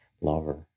lover